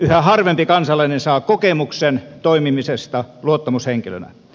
yhä harvempi kansalainen saa kokemuksen toimimisesta luottamushenkilönä